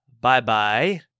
bye-bye